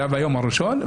זה היה ביום הראשון,